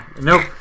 Nope